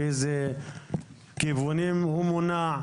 מאיזה כיוונים הוא מונע,